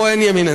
פה אין ימין,